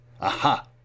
Aha